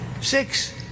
six